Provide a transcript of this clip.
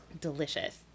delicious